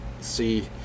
see